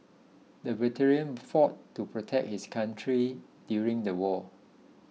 the veteran fought to protect his country during the war